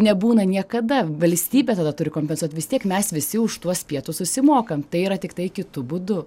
nebūna niekada valstybė tada turi kompensuot vis tiek mes visi už tuos pietus susimokam tai yra tiktai kitu būdu